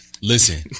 Listen